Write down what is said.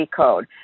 code